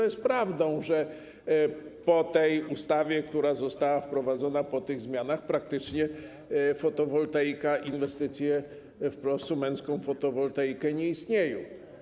I prawdą jest to, że po tej ustawie, która została wprowadzona, po tych zmianach praktycznie fotowoltaika, inwestycje w prosumencką fotowoltaikę nie istnieją.